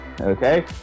okay